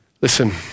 Listen